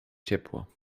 ciepło